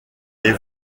les